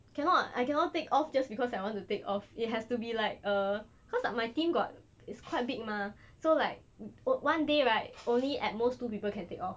cannot I cannot take off just because I want to take off it has to be like uh cause like my team got is quite big mah so like one one day right only at most two people can take off